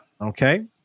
Okay